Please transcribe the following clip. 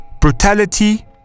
brutality